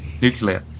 Nuclear